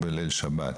משפחה.